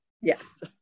Yes